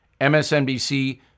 MSNBC